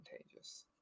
contagious